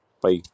Bye